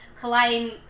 colliding